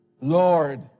Lord